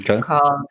called